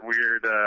weird